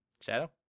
Shadow